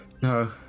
No